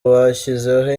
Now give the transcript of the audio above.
bashyizeho